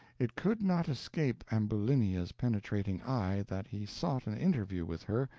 it could not escape ambulinia's penetrating eye that he sought an interview with her,